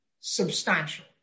Substantial